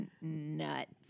nuts